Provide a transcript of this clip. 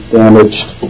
damaged